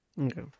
Okay